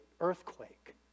earthquake